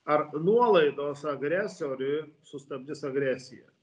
ar nuolaidos agresoriui sustabdys agresiją